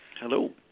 Hello